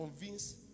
convince